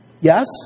Yes